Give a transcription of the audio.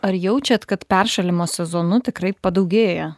ar jaučiat kad peršalimo sezonu tikrai padaugėja